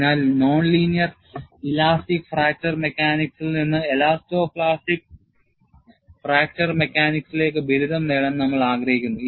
അതിനാൽ non linear elastic fracture മെക്കാനിക്സിൽ നിന്ന് എലാസ്റ്റോ പ്ലാസ്റ്റിക് ഫ്രാക്ചർ മെക്കാനിക്സിലേക്ക് ബിരുദം നേടാൻ നമ്മൾ ആഗ്രഹിക്കുന്നു